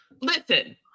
Listen